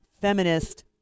feminist